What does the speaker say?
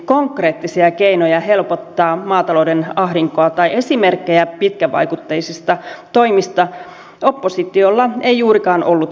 konkreettisia keinoja helpottaa maatalouden ahdinkoa tai esimerkkejä pitkävaikutteisista toimista oppositiolla ei juurikaan ollut tarjolla